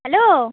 hello